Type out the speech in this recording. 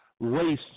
race